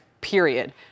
period